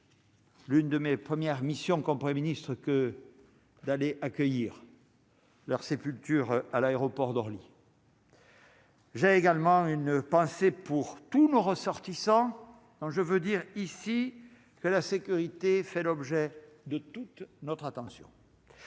L'une de mes premières missions comme 1er ministre que d'aller accueillir. Leur sépulture à l'aéroport d'Orly. J'ai également une pensée pour tous nos ressortissants, donc je veux dire ici que la sécurité fait l'objet de toute notre attention,